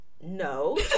No